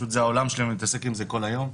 זה עולם שאני מתעסק בו כל היום.